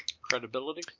credibility